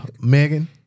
Megan